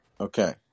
okay